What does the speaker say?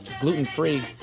gluten-free